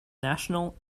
national